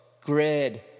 Grid